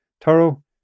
Taro